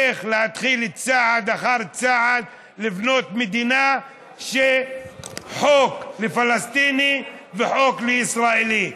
איך להתחיל צעד אחר צעד לבנות מדינה שבה חוק לפלסטיני וחוק לישראלי.